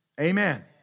Amen